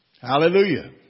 Hallelujah